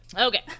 Okay